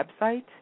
website